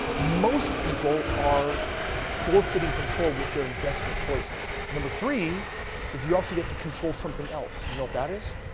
most people are forfeiting control with their investment choices. number three is you also get to control something else. you know what that is?